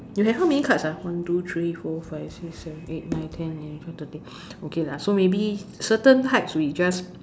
you have how many cards ah one two three four five six seven eight nine ten eleven twelve thirteen okay lah maybe certain types we just